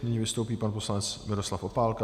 Nyní vystoupí pan poslanec Miroslav Opálka.